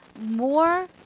more